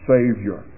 Savior